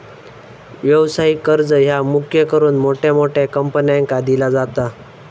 व्यवसायिक कर्ज ह्या मुख्य करून मोठ्या मोठ्या कंपन्यांका दिला जाता